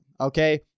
Okay